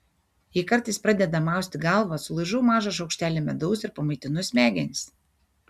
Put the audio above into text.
jei kartais pradeda mausti galvą sulaižau mažą šaukštelį medaus ir pamaitinu smegenis